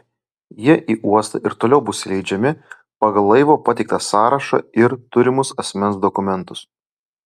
jie į uostą ir toliau bus įleidžiami pagal laivo pateiktą sąrašą ir turimus asmens dokumentus